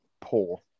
Poor